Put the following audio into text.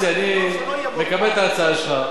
אני מקבל את ההצעה שלך.